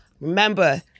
Remember